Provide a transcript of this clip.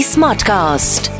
Smartcast